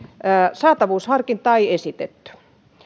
saatavuusharkintaa ei esitetty